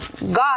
God